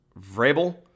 Vrabel